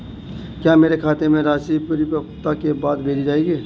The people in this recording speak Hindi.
क्या मेरे खाते में राशि परिपक्वता के बाद भेजी जाएगी?